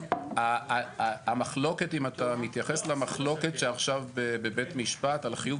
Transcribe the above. אם אתה מתייחס למחלוקת שעכשיו בבית משפט על חיוב במים,